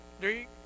three